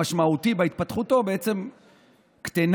המשמעותי בהתפתחותו קטן.